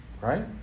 Right